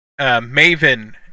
Maven